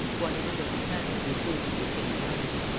one of the little panels was loosened in the same manner.